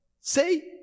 Say